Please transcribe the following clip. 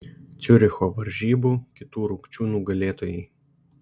ciuricho varžybų kitų rungčių nugalėtojai